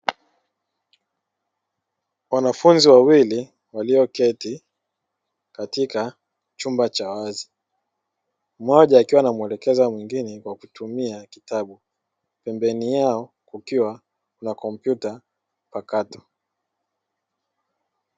Wanafunzi wawili walioketi katika chumba cha wazi mmoja akiwa anamuelekeza mwingine kwa kutumia kitabu, mbele yao kukiwa na kompyuta mpakato.